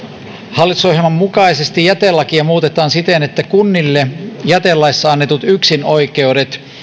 hallitusohjelman mukaisesti jätelakia muutetaan siten että kunnille jätelaissa annetut yksinoikeudet